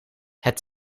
het